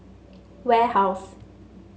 warehouse